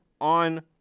On